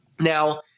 Now